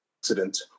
accident